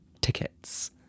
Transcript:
tickets